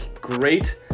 great